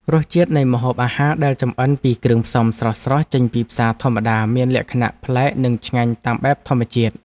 រសជាតិនៃម្ហូបអាហារដែលចម្អិនពីគ្រឿងផ្សំស្រស់ៗចេញពីផ្សារធម្មតាមានលក្ខណៈប្លែកនិងឆ្ងាញ់តាមបែបធម្មជាតិ។